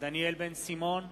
דניאל בן-סימון,